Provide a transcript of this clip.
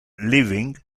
living